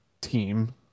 team